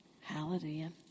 Hallelujah